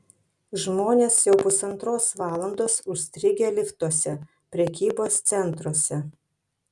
žmonės jau pusantros valandos užstrigę liftuose prekybos centruose